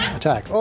Attack